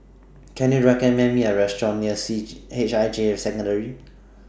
Can YOU recommend Me A Restaurant near C H I J Secondary